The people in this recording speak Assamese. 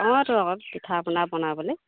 অঁতো আকৌ পিঠা পনা বনাবলৈ